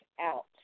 out